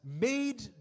made